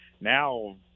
now